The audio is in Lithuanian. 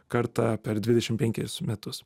kartą per dvidešim penkis metus